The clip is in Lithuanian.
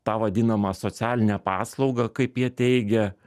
tą vadinamą socialinę paslaugą kaip jie teigia